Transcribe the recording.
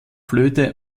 flöte